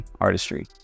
artistry